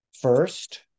first